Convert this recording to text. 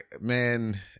man